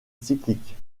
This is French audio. cycliques